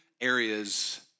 areas